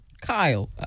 Kyle